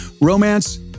romance